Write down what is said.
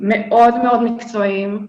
מאוד מאוד מקצועיים,